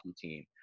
team